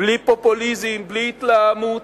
בלי פופוליזם, בלי התלהמות.